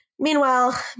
Meanwhile